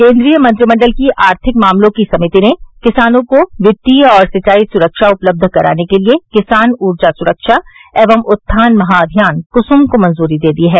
केन्द्रीय मंत्रिमंडल की आर्थिक मामलों की समिति ने किसानों को वित्तीय और सिंचाई सुरक्षा उपलब्ध कराने के लिए किसान ऊर्जा सुरक्षा एवं उत्थान महाभियान कुसुम को मंजूरी दे दी है